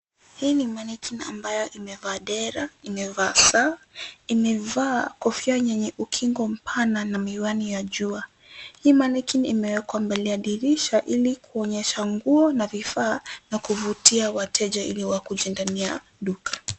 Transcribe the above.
Ii Manequin imevaa dera, imevaa saa, imevaa kofia enye ukingo pana na miwani ya jua, hii Manequin imewekwa kwenye mbele ya dirisha ilikuonyesha nguo na vifaa ya kuvutia wateja ili wakuje ndani ya duka.